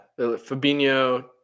Fabinho